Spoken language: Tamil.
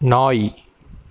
நாய்